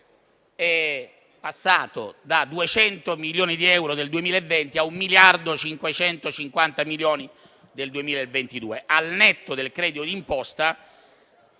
è passato dai 200 milioni di euro del 2020 a 1,550 miliardi del 2022. Al netto del credito d'imposta,